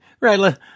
Right